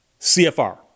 CFR